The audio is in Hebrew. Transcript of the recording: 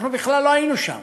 אנחנו בכלל לא היינו שם,